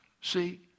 See